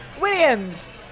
Williams